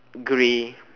gray